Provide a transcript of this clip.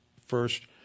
first